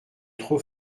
trop